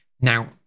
Now